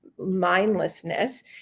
mindlessness